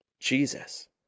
Jesus